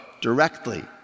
directly